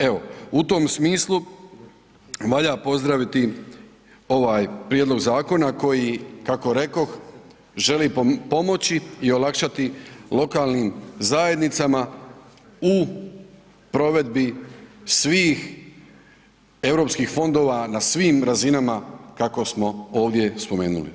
Evo, u tom smislu valja pozdraviti ovaj prijedlog zakona koji kako rekoh želi pomoći i olakšati lokalnim zajednicama u provedbi svih europskih fondova na svim razinama kako smo ovdje spomenuli.